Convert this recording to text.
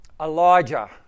Elijah